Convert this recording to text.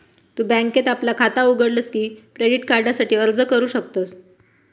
तु बँकेत आपला खाता उघडलस की क्रेडिट कार्डासाठी अर्ज करू शकतस